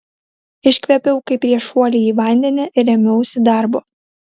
iškvėpiau kaip prieš šuolį į vandenį ir ėmiausi darbo